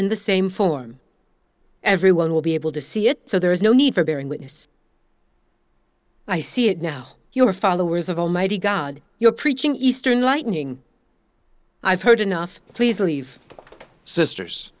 in the same form everyone will be able to see it so there is no need for bearing witness i see it now you are followers of almighty god you're preaching eastern lightning i've heard enough please leave sisters